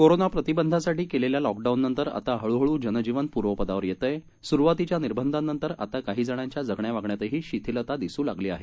corona प्रतिबंधासाठी केलेल्या लॉकडाऊननंतर आता हळूहळू जनजीवन पूर्वपदावर येतंय सुरुवातीच्या निर्बंधांनंतर आता काही जणांच्या जगण्या वागण्यातही शिथिलता दिसू लागली आहे